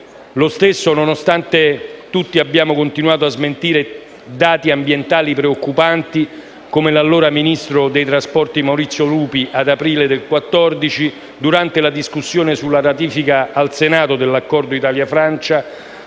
Clarea. Nonostante tutti abbiano continuato a smentire dati ambientali preoccupanti, come l'allora ministro dei trasporti Maurizio Lupi nell'aprile 2014, durante la discussione sulla ratifica al Senato dell'Accordo tra Italia e Francia,